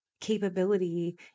capability